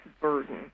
burden